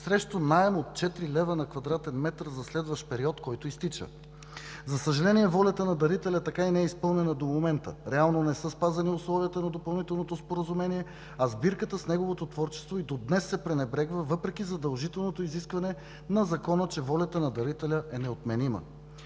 срещу наем от 4 лв. на кв. м за следващ период, който изтича. За съжаление, волята на дарителя така и не е изпълнена до момента, реално не са спазени условията на допълнителното споразумение, а сбирката с неговото творчество и до днес се пренебрегва, въпреки задължителното изискване на Закона, че волята на дарителя е неотменима.